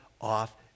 off